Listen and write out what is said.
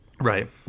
Right